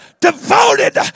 devoted